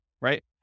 right